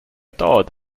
dauert